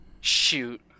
shoot